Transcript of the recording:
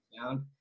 down